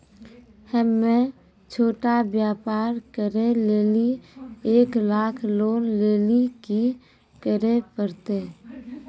हम्मय छोटा व्यापार करे लेली एक लाख लोन लेली की करे परतै?